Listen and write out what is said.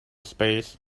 space